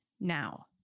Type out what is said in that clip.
now